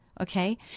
Okay